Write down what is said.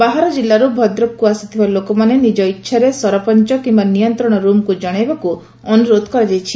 ବାହାର ଜିଲ୍ଲାରୁ ଭଦ୍ରକକୁ ଆସିଥିବା ଲୋକମାନେ ନିଜ ଇଛାରେ ସରପଞ କିମ୍ୟା କିଲ୍ଲା ନିୟନ୍ତଶ କଷକୁ ଜଶାଇବାକୁ ଅନୁରୋଧ କରାଯାଇଛି